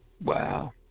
Wow